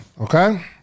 Okay